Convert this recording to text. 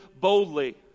boldly